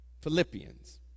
Philippians